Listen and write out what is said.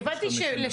מירב בן ארי, יו"ר